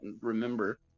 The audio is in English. remember